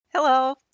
Hello